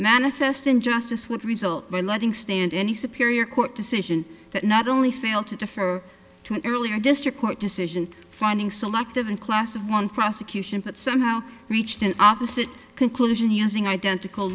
manifest injustice would result by letting stand any superior court decision that not only failed to defer to an earlier district court decision finding selective and class of one prosecution but somehow reached an opposite conclusion using identical